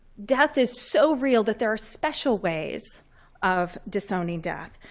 death is so real that there are special ways of disowning death.